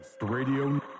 Radio